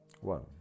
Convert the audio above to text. one